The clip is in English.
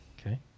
Okay